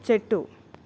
చెట్టు